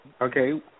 Okay